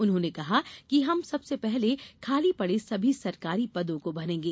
उन्होंने कहा कि हम सबसे पहले खाली पड़े सभी सरकारी पदों को भरेंगे